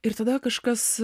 ir tada kažkas